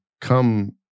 come